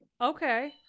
Okay